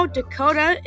Dakota